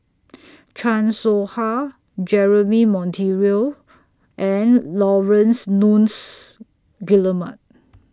Chan Soh Ha Jeremy Monteiro and Laurence Nunns Guillemard